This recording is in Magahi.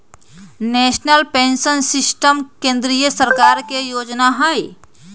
नेशनल पेंशन सिस्टम केंद्रीय सरकार के जोजना हइ